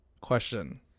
question